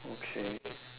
okay